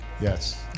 Yes